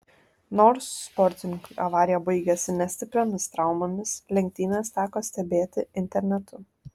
nors sportininkui avarija baigėsi ne stipriomis traumomis lenktynes teko stebėti internetu